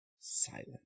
silent